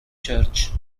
church